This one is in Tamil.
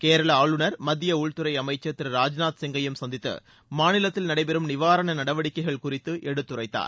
கேரள ஆளுநர் மத்திய உள்துறை அமைச்சர் திரு ராஜ்நாத் சிங்கையும் சந்தித்து மாநிலத்தில் நடைபெறும் நிவாரண நடவடிக்கைகள் குறித்து எடுத்துரைத்தார்